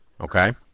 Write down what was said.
Okay